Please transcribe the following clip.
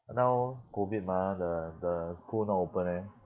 now COVID mah the the school not open eh